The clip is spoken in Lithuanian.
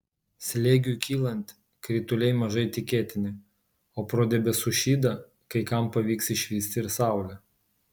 slėgiui kylant krituliai mažai tikėtini o pro debesų šydą kai kam pavyks išvysti ir saulę